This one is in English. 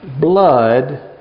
blood